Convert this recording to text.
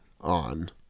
on